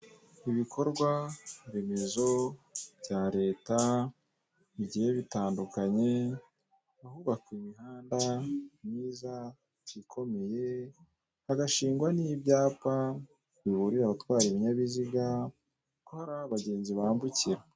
Ibikorwa remezo bya leta bigiye bitandukanye, ahubakwa imihanda myiza ikomeye, hagashingwa n'ibyapa biburira abatwara ibinyabiziga ko hari aho abagenzi bambukira.